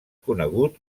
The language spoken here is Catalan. conegut